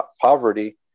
poverty